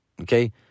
okay